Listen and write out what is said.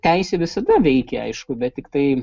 teisė visada veikė aišku bet tiktai